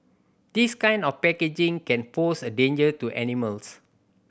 this kind of packaging can pose a danger to animals